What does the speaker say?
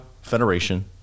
Federation